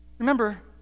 Remember